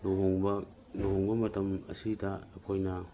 ꯂꯨꯍꯣꯡꯕ ꯂꯨꯍꯣꯡꯕ ꯃꯇꯝ ꯑꯁꯤꯗ ꯑꯩꯈꯣꯏꯅ